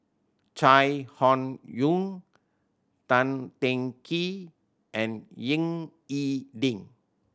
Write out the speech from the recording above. Chai Hon Yoong Tan Teng Kee and Ying E Ding